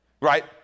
Right